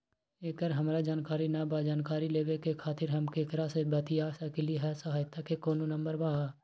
एकर हमरा जानकारी न बा जानकारी लेवे के खातिर हम केकरा से बातिया सकली ह सहायता के कोनो नंबर बा?